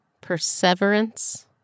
perseverance